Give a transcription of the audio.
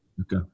Okay